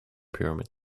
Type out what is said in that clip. pyramids